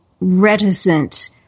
reticent